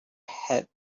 had